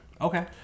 Okay